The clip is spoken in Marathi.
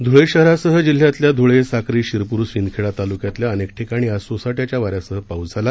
धुळे शहरासह जिल्ह्यातल्या धुळे साक्री शिरपूर शिंदखेडा तालुक्यातल्या अनेक ठिकाणी आज सोसा ्याच्या वाऱ्यासह पाऊस झाला